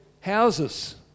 houses